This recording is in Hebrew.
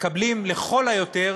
מקבלים לכל היותר